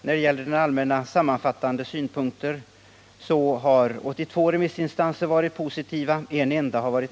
När det gäller allmänna sammanfattande synpunkter var 82 remissvar positiva och 1 negativt.